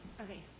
Okay